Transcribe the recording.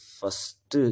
first